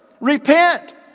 Repent